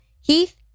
Heath